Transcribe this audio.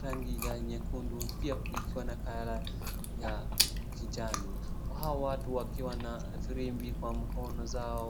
rangi ya nyekundu pia ikiwa na colour ya kijani. Hao watu wakiwa na firimbi kwa mkono zao.